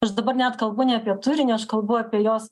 aš dabar net kalbu ne apie turinį aš kalbu apie jos